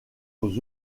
aux